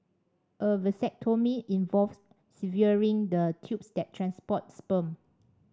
a vasectomy involves severing the tubes that transport sperm